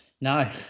No